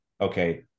okay